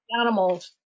animals